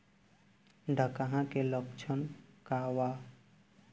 डकहा के लक्षण का वा?